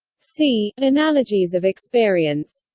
c. analogies of experience